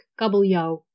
kabeljauw